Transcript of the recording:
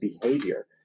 behavior